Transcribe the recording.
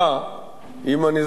אם אני זוכר נכון,